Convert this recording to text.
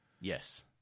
Yes